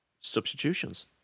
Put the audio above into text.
substitutions